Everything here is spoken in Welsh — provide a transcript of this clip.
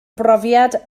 brofiad